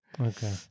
Okay